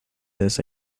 this